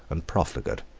and profligate.